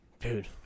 Dude